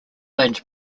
land